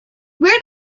where